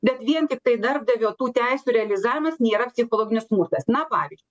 bet vien tiktai darbdavio tų teisių realizavimas nėra psichologinis smurtas na pavyz